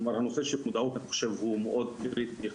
הנושא של מודעות אני חושב שהוא מאוד קריטי,